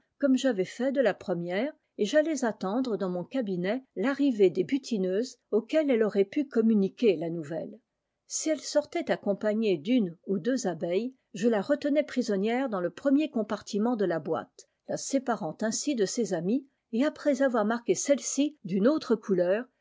comme j'avais fait de la première et j'allais attendre dans mon cabinet l'arr des butineuses auxquelles elle aurait pti c jnuniquer la nouvelle si elle sortait c d'une ou deux abeilles je la retenais prisonnière dans le premier compartiment de la boite la séparant ainsi de ses amies et après avoir marqué celles-ci d'une autre couleur